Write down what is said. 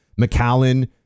McAllen